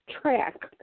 track